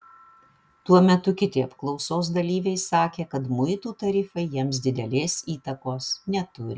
tuo metu kiti apklausos dalyviai sakė kad muitų tarifai jiems didelės įtakos neturi